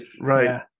right